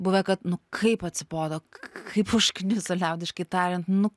buvę kad nu kaip atsibodo kaip užkniso liaudiškai tariant nu